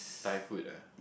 Thai food ah